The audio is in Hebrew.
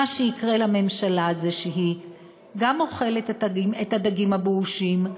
מה שיקרה לממשלה זה שהיא גם אוכלת את הדגים הבאושים,